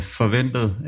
forventet